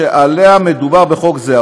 שעליה מדובר בחוק זה,